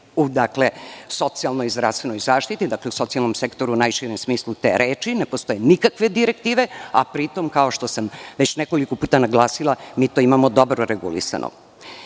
u socijalnoj i zdravstvenoj zaštiti, dakle, u socijalnom sektoru u najširem smislu te reči ne postoje nikakve direktive, a pri tom, kao što sam već nekoliko puta naglasila, mi to imamo dobro regulisano. Ipak